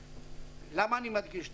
למה אני מדגיש זאת?